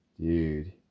dude